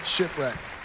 Shipwrecked